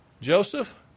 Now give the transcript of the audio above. Joseph